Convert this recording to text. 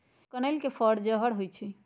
कनइल के फर जहर होइ छइ